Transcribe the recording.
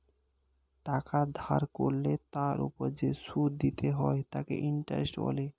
টাকা ধার করলে তার ওপর যে সুদ দিতে হয় তাকে ইন্টারেস্ট বলে